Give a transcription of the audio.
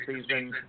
season